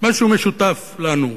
משהו משותף לנו.